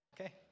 Okay